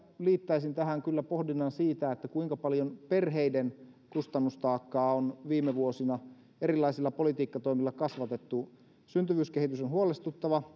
liittäisin tähän pohdinnan siitä kuinka paljon perheiden kustannustaakkaa on viime vuosina erilaisilla politiikkatoimilla kasvatettu syntyvyyskehitys on huolestuttava